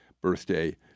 birthday